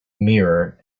mirror